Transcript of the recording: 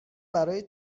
برای